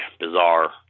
bizarre